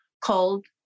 called